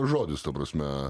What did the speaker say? žodis ta prasme